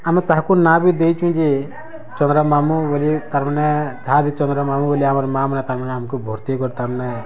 ଆମେ ତାହାକୁ ନାଁ ବି ଦେଇଚୁଁ ଯେ ଚନ୍ଦ୍ର ମାମୁଁ ବଲି ତାର୍ମାନେ ହା ଦେ ଚନ୍ଦ୍ର ମାମୁଁ ବଲି ଆମର୍ ମାଁମାନେ ତାର୍ମାନେ ଆମ୍କୁ ଭୁର୍ତେଇକରି ତାର୍ମାନେ